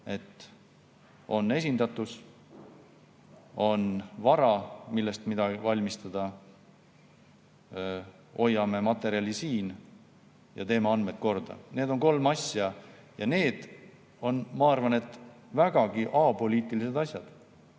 et on esindatus, on vara, millest midagi valmistada, me hoiame materjali siin ja teeme andmed korda. Need on kolm asja ja need on, ma arvan, vägagi apoliitilised asjad.